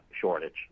shortage